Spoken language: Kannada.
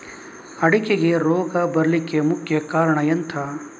ಅಡಿಕೆಗೆ ರೋಗ ಬರ್ಲಿಕ್ಕೆ ಮುಖ್ಯ ಕಾರಣ ಎಂಥ?